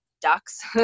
ducks